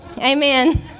Amen